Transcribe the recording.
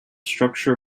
structure